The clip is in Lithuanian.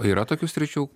yra tokių sričių